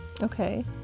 Okay